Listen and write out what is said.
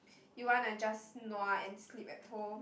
you wanna just nua and sleep at home